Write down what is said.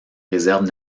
réserve